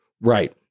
Right